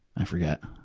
i forget.